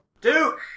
Duke